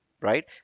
right